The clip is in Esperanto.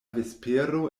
vespero